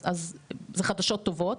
אז זה חדשות טובות,